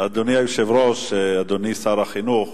אדוני היושב-ראש, אדוני שר החינוך,